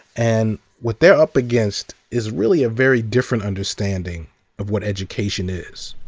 and what they're up against is really a very different understanding of what education is.